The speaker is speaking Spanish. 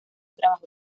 trabajó